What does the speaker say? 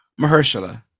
Mahershala